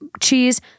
cheese